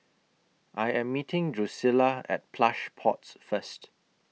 I Am meeting Drucilla At Plush Pods First